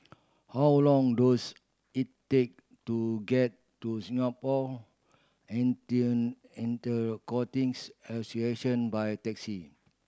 how long dose it take to get to Singapore Association by taxi